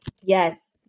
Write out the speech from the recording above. Yes